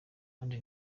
kandi